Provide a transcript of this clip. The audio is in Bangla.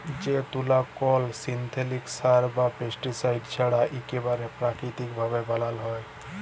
যে তুলা কল সিল্থেটিক সার বা পেস্টিসাইড ছাড়া ইকবারে পাকিতিক ভাবে বালাল হ্যয়